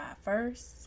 first